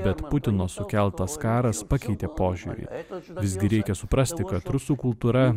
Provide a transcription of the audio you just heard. bet putino sukeltas karas pakeitė požiūrį visgi reikia suprasti kad rusų kultūra